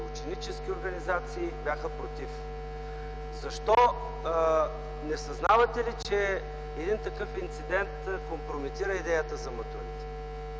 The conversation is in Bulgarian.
ученически организации бяха против. Защо? Не съзнавате ли, че един такъв инцидент компрометира идеята за матурите?